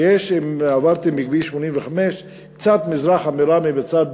ויש, אם עברתם בכביש 85, קצת מזרחית לראמה, בצד